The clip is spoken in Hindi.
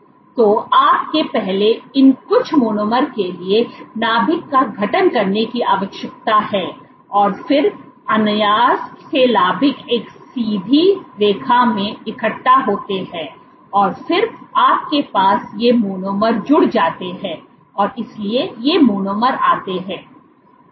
इसलिए आपको पहले इन कुछ मोनोमर के लिए नाभिक का गठन करने की आवश्यकता है और फिर अनायास ये नाभिक एक सीधी रेखा में इकट्ठा होते हैं और फिर आपके पास ये मोनोमर जुड़ जाते हैं और इसलिए ये मोनोमर आते हैं